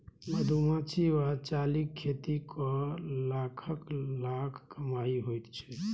मधुमाछी वा चालीक खेती कए लाखक लाख कमाई होइत छै